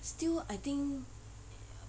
still I think